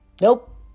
Nope